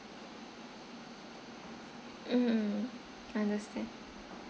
mm mm understand